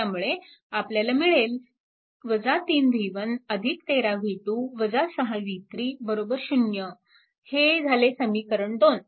त्यामुळे आपल्याला मिळेल 3 v1 13 v2 6 v3 0 हे झाले समीकरण 2